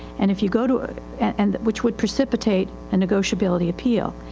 and if you go to and which would precipitate a negotiability appeal.